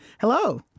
Hello